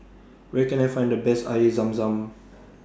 Where Can I Find The Best Air Zam Zam